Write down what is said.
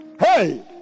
hey